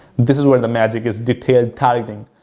this is where the magic is, detailed targeting.